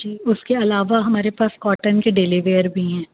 جی اس کے علاوہ ہمارے پاس کاٹن کے ڈیلی ویئر بھی ہیں